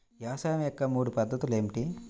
వ్యవసాయం యొక్క మూడు పద్ధతులు ఏమిటి?